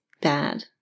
bad